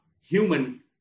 human